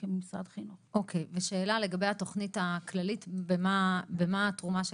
ומשרד החינוך שיעבוד על מה שהוא יכול לעשות